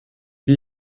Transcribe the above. wie